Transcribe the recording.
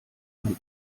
man